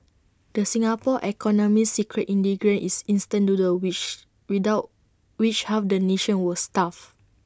the Singapore economy's secret ingredient is instant noodles wish without which half the nation would starve